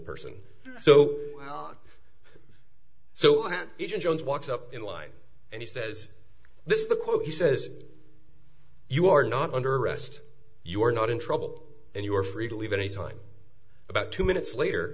person so so happy jim jones walks up in line and he says this is the quote he says you are not under arrest you are not in trouble and you are free to leave any time about two minutes later